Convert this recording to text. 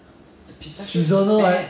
真的是给你 try 就是 try 而已